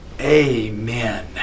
amen